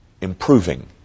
improving